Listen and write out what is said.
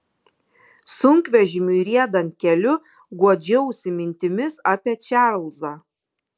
sunkvežimiui riedant keliu guodžiausi mintimis apie čarlzą